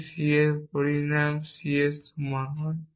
যদি c এর পরিণাম c এর সমান হয়